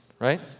right